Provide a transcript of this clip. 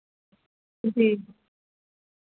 जी